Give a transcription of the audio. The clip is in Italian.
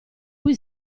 cui